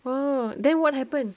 !wah! then what happen